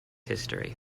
history